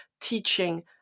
teaching